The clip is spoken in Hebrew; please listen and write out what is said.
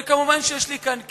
ומובן שיש לי כאן,